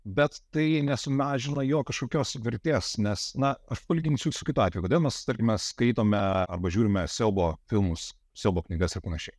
bet tai nesumažina jo kažkokios vertės nes na aš palyginčiau su kitu atveju kodėl mes tarkim mes skaitome arba žiūrime siaubo filmus siaubo knygas ir panašiai